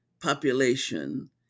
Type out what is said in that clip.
population